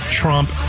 Trump